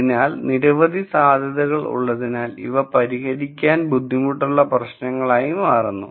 അതിനാൽ നിരവധി സാധ്യതകൾ ഉള്ളതിനാൽ ഇവ പരിഹരിക്കാൻ ബുദ്ധിമുട്ടുള്ള പ്രശ്നങ്ങളായി മാറുന്നു